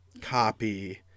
copy